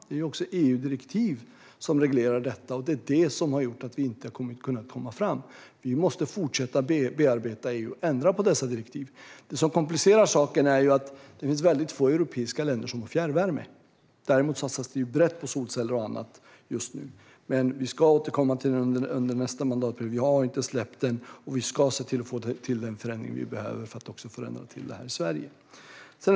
Det är också EU-direktiv som reglerar detta, och det är det som har gjort att vi inte har kunnat komma fram. Vi måste fortsätta att bearbeta EU så att man kan ändra på dessa direktiv. Det som komplicerar saken är att det finns väldigt få europeiska länder som har fjärrvärme. Däremot satsas det brett på solceller och annat just nu. Men vi ska återkomma till detta under nästa mandatperiod. Vi har inte släppt det, och vi ska se till att vi får till den förändring vi behöver för att få detta här i Sverige. Herr talman!